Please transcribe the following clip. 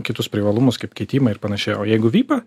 kitus privalumus kaip keitimą ir panašiai o jeigu vipą